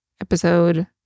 episode